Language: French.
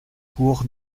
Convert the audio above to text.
cour